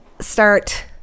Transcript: start